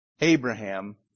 Abraham